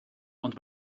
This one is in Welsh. ond